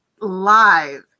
live